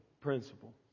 principle